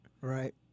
Right